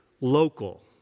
local